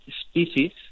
species